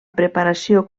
preparació